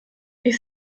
ich